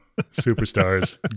Superstars